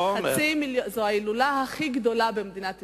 זו ההילולה הכי גדולה במדינת ישראל.